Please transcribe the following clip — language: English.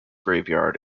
graveyard